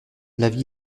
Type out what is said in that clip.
l’avis